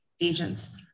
agents